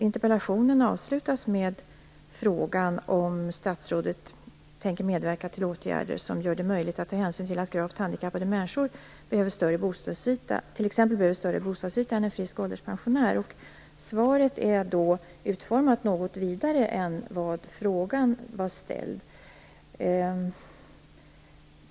Interpellationen avslutas med frågan om statsrådet tänker medverka till åtgärder som gör det möjligt att ta hänsyn till att gravt handikappade människor t.ex. behöver större bostadsyta än en frisk ålderspensionär. Svaret är utformat något vidare än hur frågan var ställd.